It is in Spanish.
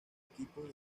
equipos